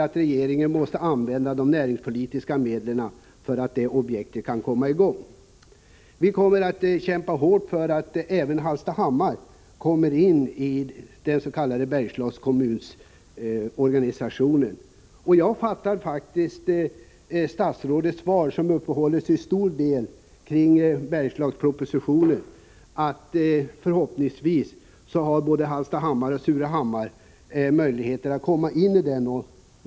Enligt vår mening måste regeringen använda de näringspolitiska medlen så att projektet kan komma i gång. Vi kommer att kämpa hårt för att även Hallstahammar införlivas i den s.k. Bergslagskommunsorganisationen. Statsrådets svar, där hon till stor del uppehåller sig vid Bergslagspropositionen, tolkar jag så att förhoppningsvis både Hallstahammar och Surahammar skall kunna ingå i den organisationen.